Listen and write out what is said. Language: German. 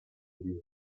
die